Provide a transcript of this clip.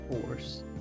Force